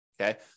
Okay